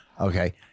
Okay